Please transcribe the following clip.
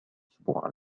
الأسبوع